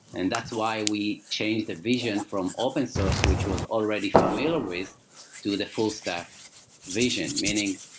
and that's why we changed the vision from open source, which was already familiar with to the full-stack vision. meaning,